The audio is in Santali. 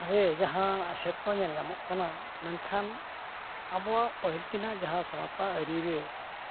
ᱨᱮ ᱡᱟᱦᱟᱸ ᱮᱥᱮᱨ ᱠᱚ ᱧᱮᱞ ᱧᱟᱢᱚᱜ ᱠᱟᱱᱟ ᱢᱮᱱᱠᱷᱟᱱ ᱟᱵᱚᱣᱟᱜ ᱯᱟᱹᱦᱤᱞ ᱛᱮᱱᱟᱜ ᱡᱟᱦᱟᱸ ᱥᱟᱶᱛᱟ ᱟᱹᱨᱤ ᱨᱮ